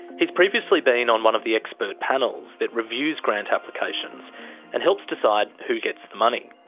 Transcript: he's previously been on one of the expert panels that reviews grant applications and helps decide who gets the money.